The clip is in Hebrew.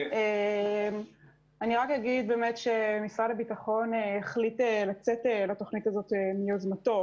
אני אומר שמשרד הביטחון החליט לצאת לתוכנית הזאת ביוזמתו